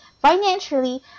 financially